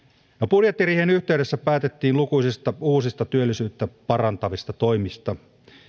budjettiriihen yhteydessä päätettiin lukuisista uusista työllisyyttä parantavista toimista